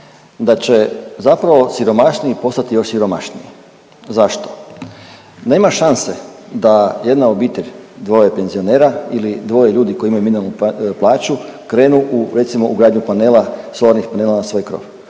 da će zapravo siromašniji postati još siromašniji. Zašto? Nema šanse da jedna obitelj dvoje penzionera ili dvoje ljudi koji imaju minimalnu plaću krenu u recimo ugradnju panela, solarnih panela na svoj krov.